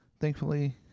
thankfully